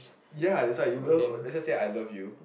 ya that's why you love let's just say I love you